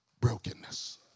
Brokenness